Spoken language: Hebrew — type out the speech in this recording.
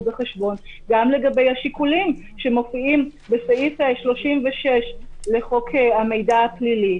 בחשבון וגם לגבי השיקולים שמופיעים בסעיף 36 לחוק המידע הפלילי